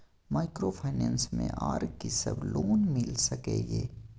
Microfinance मे आर की सब लोन मिल सके ये?